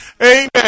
Amen